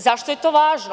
Zašto je to važno?